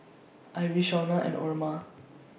Iris and Oma